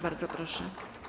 Bardzo proszę.